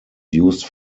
used